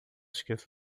esqueça